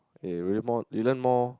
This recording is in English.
uh you learn more you learn more